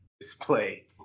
display